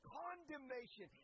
condemnation